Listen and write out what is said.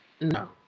No